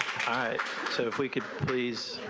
so if we could please.